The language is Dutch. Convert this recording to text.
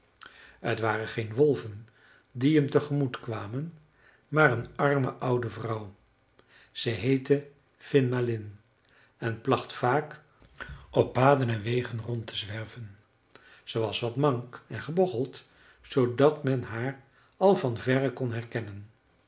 t waren geen wolven die hem te gemoet kwamen maar een arme oude vrouw ze heette finn malin en placht vaak op paden en wegen rond te zwerven ze was wat mank en gebocheld zoodat men haar al van verre kon herkennen